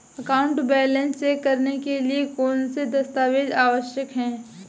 Account balance check करने के लिए कौनसे दस्तावेज़ आवश्यक हैं?